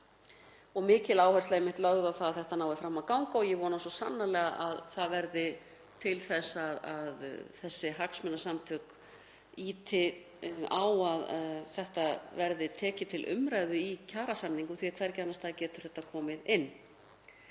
Mikil áhersla er lögð á að þetta nái fram að ganga og ég vona svo sannarlega að það verði til þess að þessi hagsmunasamtök ýti á að þetta verði tekið til umræðu í kjarasamningum því að hvergi annars staðar getur þetta komið inn.